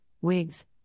wigs